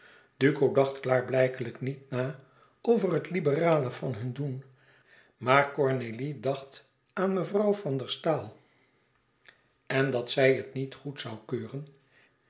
duco dacht klaarblijkelijk niet na over het liberale van hun doen maar cornélie dacht aan mevrouw van der staal en dat zij het niet goed zoû keuren